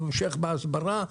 המשך בהסברה,